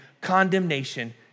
condemnation